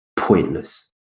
pointless